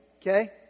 okay